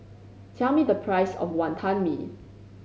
tell me the price of Wantan Mee